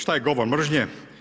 Šta je govor mržnje?